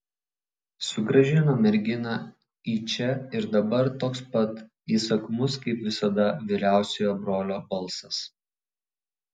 sugrąžino merginą į čia ir dabar toks pat įsakmus kaip visada vyriausiojo brolio balsas